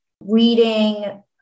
reading